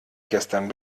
gestern